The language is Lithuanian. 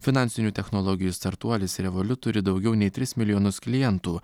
finansinių technologijų startuolis revoliut turi daugiau nei tris milijonus klientų